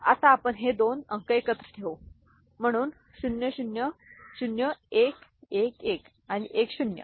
आता आपण हे 2 अंक एकत्र ठेवू म्हणून 0 0 0 1 1 1 आणि 1 0